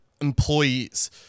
employees